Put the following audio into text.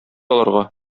аларга